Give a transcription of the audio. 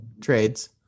trades